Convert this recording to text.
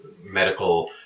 medical